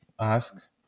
ask